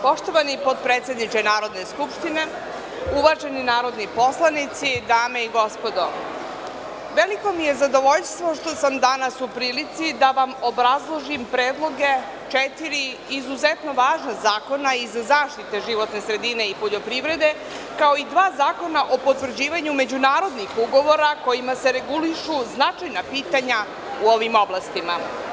Poštovani potpredsedniče Narodne skupštine, uvaženi narodni poslanici, dame i gospodo, veliko mi je zadovoljstvo što sam danas u prilici da vam obrazložim predloge četiri izuzetno važna zakona iz zaštite životne sredine i poljoprivrede, kao i dva zakona o potvrđivanju međunarodnih ugovora kojima se regulišu značajna pitanja u ovim oblastima.